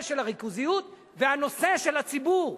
והנושא של הציבור,